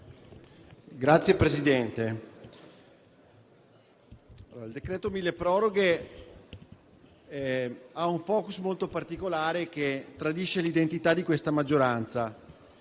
il decreto milleproroghe ha un *focus* molto particolare che tradisce l'identità della maggioranza.